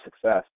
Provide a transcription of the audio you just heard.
success